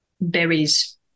Berries